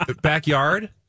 backyard